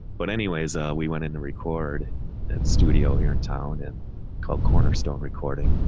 but anyways, ah, we went into record at a studio here in town and called cornerstone recording,